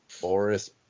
Boris